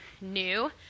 new